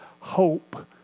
Hope